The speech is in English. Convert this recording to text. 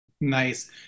Nice